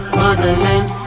motherland